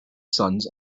sons